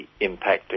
impacting